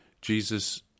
Jesus